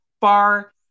far